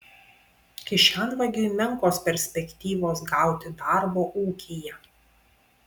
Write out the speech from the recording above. kišenvagiui menkos perspektyvos gauti darbo ūkyje